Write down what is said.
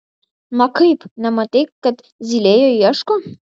na kaip nematei kad zylė jo ieško